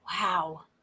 Wow